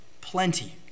plenty